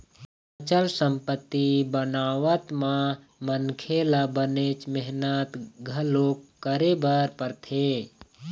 अचल संपत्ति बनावत म मनखे ल बनेच मेहनत घलोक करे बर परथे